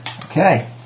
Okay